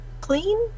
clean